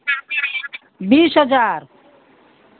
बीस हज़ार